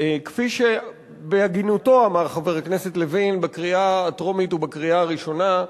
כפי שבהגינותו אמר חבר הכנסת לוין בקריאה הטרומית ובקריאה הראשונה,